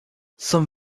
some